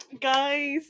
Guys